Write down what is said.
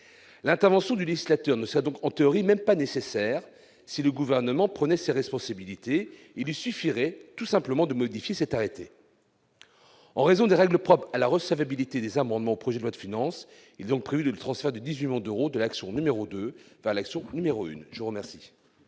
l'intervention du législateur ne serait donc même pas nécessaire, si le Gouvernement prenait ses responsabilités. Il lui suffirait en effet de modifier cet arrêté. En raison des règles propres à la recevabilité des amendements au projet de loi de finances, cet amendement prévoit le transfert de 18 millions d'euros de l'action n° 02 vers l'action n° 01. L'amendement